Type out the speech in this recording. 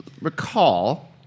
recall